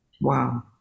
Wow